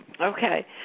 Okay